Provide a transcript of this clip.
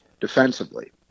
defensively